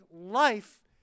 life